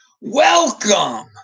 Welcome